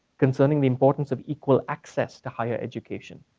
concerning the importance of equal access to higher education.